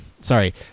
sorry